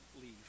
leave